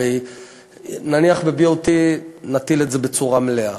הרי נניח ב-BOT נטיל את זה בצורה מלאה,